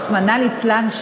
רחמנא ליצלן,